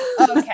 okay